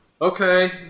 okay